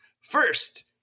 first